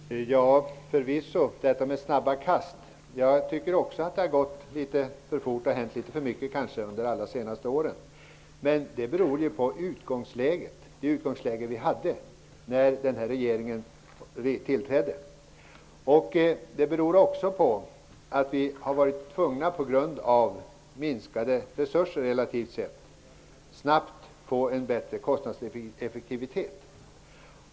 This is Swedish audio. Herr talman! Förvisso har det varit snabba kast. Jag tycker också att det har gått litet för fort under senare år. Men det beror på det utgångsläge som rådde när denna regering tillträdde. Det beror också på att vi på grund av minskade resurser har varit tvungna att snabbt få en bättre kostnadseffektivitet.